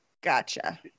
Gotcha